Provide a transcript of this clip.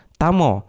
tamo